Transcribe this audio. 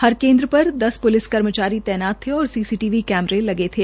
हर केन्द्र पर दस प्लिस कर्मचारी तैनात थे और सीसीटीवी कैमरे लगे थे